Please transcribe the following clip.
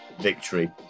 victory